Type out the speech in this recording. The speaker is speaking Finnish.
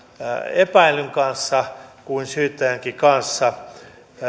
epäillyn kanssa kuin syyttäjänkin kanssa